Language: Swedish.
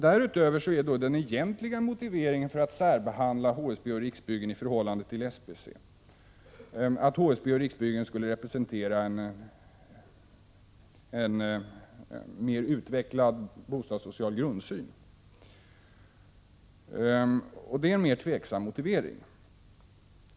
Därutöver är den egentliga motiveringen för att särbehandla HSB och Riksbyggen i förhållande till SBC att HSB och Riksbyggen skulle representera en mer utvecklad bostadssocial grundsyn. Det är en mer tveksam motivering.